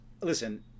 listen